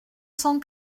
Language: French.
cent